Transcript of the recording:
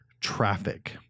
traffic